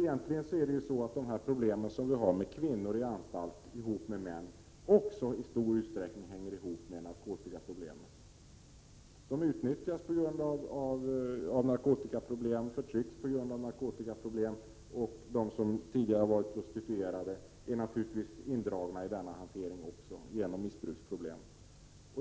Egentligen hänger de problem vi har med kvinnor i anstalt tillsammans med män också i stor utsträckning ihop med narkotikaproblemet. Kvinnorna utnyttjas på grund av narkotikaproblem, de förtrycks på grund av narkotikaproblem. De som tidigare har varit prostituerade är naturligtvis också indragna i denna hantering genom missbruksproblemet.